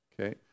Okay